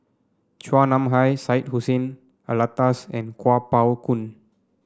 Chua Nam Hai Syed Hussein Alatas and Kuo Pao Kun